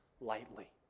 lightly